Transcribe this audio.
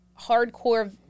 hardcore